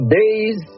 days